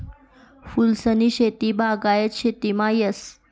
फूलसनी शेती बागायत शेतीमा येस